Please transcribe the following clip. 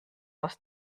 aus